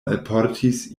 alportis